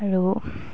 আৰু